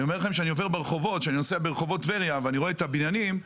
ואני אומר לכם שכשאני נוסע ברחובות טבריה ורואה את הבניינים,